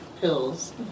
pills